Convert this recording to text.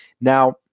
Now